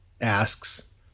asks